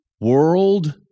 world